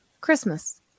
Christmas